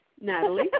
Natalie